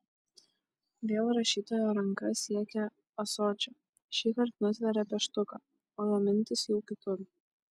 vėl rašytojo ranka siekia ąsočio šįkart nutveria pieštuką o jo mintys jau kitur